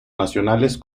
nacionales